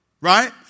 Right